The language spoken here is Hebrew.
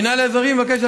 המינהל האזרחי מבקש,